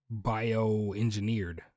bioengineered